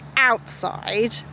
Outside